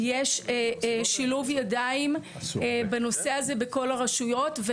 יש שילוב ידיים בנושא הזה בכל הרשויות,